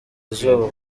izuba